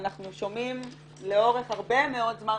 ואנחנו שומעים לאורך הרבה מאוד זמן,